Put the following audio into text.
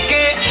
Okay